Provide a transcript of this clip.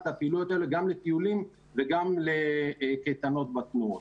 הפעילויות האלה גם לטיולים וגם לקייטנות בתנועות.